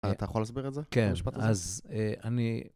אתה יכול לסביר את זה? כן, אז אני...